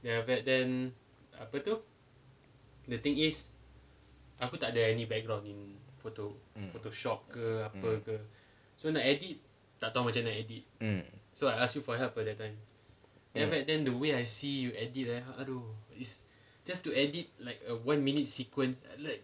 mm mm mm ya